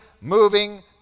moving